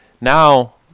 now